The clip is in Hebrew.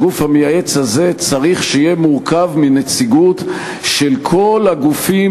והגוף המייעץ הזה צריך להיות מורכב מנציגות של כל הגופים